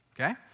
Okay